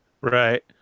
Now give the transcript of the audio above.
right